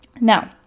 Now